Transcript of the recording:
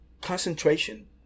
Concentration